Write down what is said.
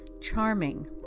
charming